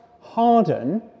harden